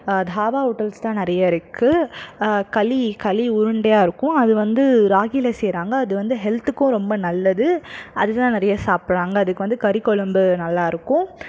தாவா ஹோட்டல்ஸ் தான் நிறைய இருக்குது களி களி உருண்டையா இருக்கும் அது வந்து ராகியில் செய்கிறாங்க அது வந்து ஹெல்த்துக்கும் ரொம்ப நல்லது அதுதான் நிறைய சாப்புடுறாங்க அதுக்கு வந்து கறிக்குழம்பு நல்லாயிருக்கும்